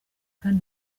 kdi